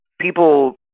people